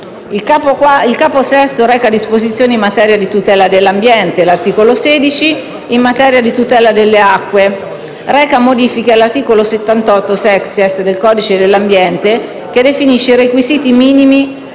Il Capo VI reca disposizioni in materia di tutela dell'ambiente. L'articolo 16, in materia di tutela delle acque, reca modifiche all'articolo 78-*sexies* del codice dell'ambiente che definisce i requisiti minimi